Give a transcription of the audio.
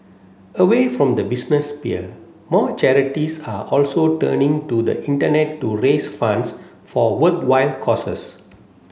away from the business sphere more charities are also turning to the Internet to raise funds for worthwhile causes